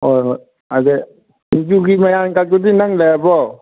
ꯍꯣꯏ ꯍꯣꯏ ꯑꯗꯨ ꯁꯤꯡꯖꯨꯒꯤ ꯃꯌꯥꯟꯒꯗꯨꯗꯤ ꯅꯪ ꯂꯩꯔꯕꯣ